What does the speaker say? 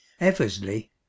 Eversley